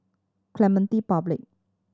Clementi Public